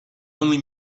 only